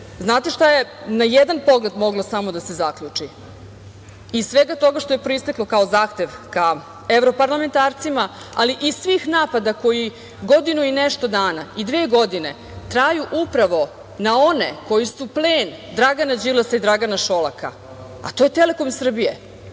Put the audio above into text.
Znate šta je na jedan pogled moglo samo da se zaključi iz svega toga što je proisteklo kao zahtev ka evroparlamentarcima, ali i svih napada koji godinu i nešto dana, i dve godine, traju upravo na one koji su plen Dragana Đilasa i Dragana Šolaka, a to je - "Telekom" Srbije.